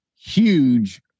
huge